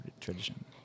tradition